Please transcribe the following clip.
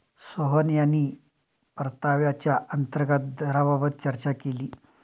सोहन यांनी परताव्याच्या अंतर्गत दराबाबत चर्चा केली